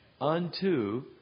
unto